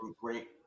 great